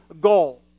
goal